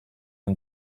und